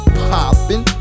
popping